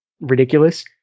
ridiculous